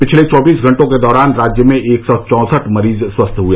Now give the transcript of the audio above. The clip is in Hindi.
पिछले चौबीस घंटों के दौरान राज्य में एक सौ चौंसठ मरीज स्वस्थ हुए